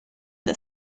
the